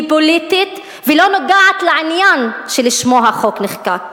פוליטית ולא נוגעת לעניין שלשמו החוק נחקק.